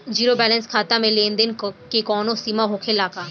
Zero balance खाता में लेन देन के कवनो सीमा होखे ला का?